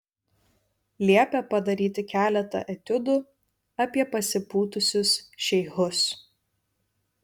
liepė padaryti keletą etiudų apie pasipūtusius šeichus